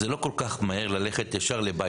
ללכת לבית